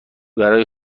برای